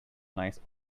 nice